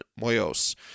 Moyos